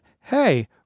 hey